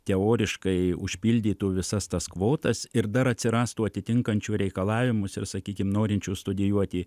teoriškai užpildytų visas tas kvotas ir dar atsirastų atitinkančių reikalavimus ir sakykim norinčių studijuoti